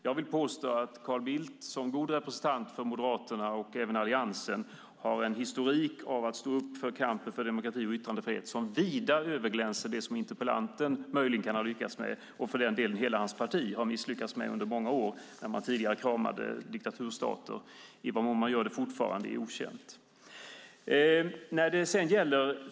Jag påstår att Carl Bildt som god representant för Moderaterna och Alliansen har en historik av att stå upp för kampen för demokrati och yttrandefrihet som vida överglänser det som interpellanten möjligen kan ha lyckats med. Dessutom misslyckades hans parti med detta under många år då man kramade diktaturstater. I vilken mån man fortfarande gör det är okänt.